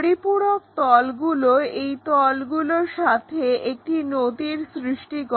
পরিপূরক তলগুলো এই তলগুলোর সাথে একটি নতির সৃষ্টি করে